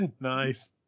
Nice